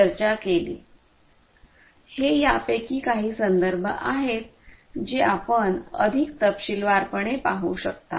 हें यापैकी काही संदर्भ आहेत जें आपण अधिक तपशीलवार पणे पाहू शकता